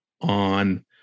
on